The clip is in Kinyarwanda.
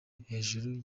hejuru